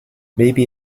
maybe